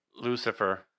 Lucifer